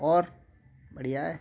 और बढ़िया है